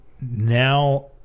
now